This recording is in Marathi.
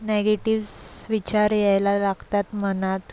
नेगेटिव्हस् विचार यायला लागतात मनात